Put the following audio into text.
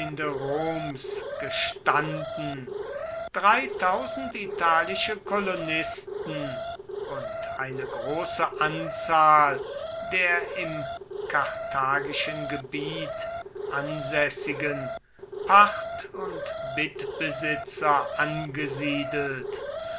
gestanden italische kolonisten und eine große anzahl der im karthagischen gebiet ansässigen pacht und bittbesitzer angesiedelt